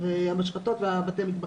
המשחטות ובתי המטבחיים.